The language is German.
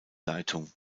leitung